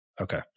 okay